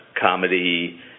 comedy